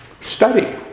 study